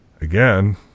again